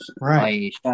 Right